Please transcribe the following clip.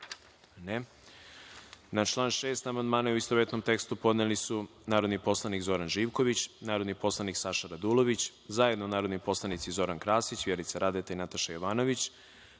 član 41. amandmane u istovetnom tekstu podneli su narodni poslanik Zoran Živković, narodni poslanik Saša Radulović, zajedno narodni poslanici Zoran Krasić, Vjerica Radeta i Božidar Delić,